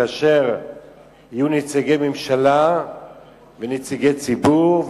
כאשר יהיו נציגי ממשלה ונציגי ציבור,